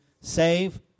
save